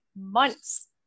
months